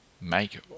make